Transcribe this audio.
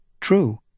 True